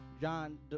John